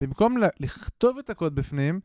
במקום לכתוב את הקוד בפנים